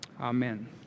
Amen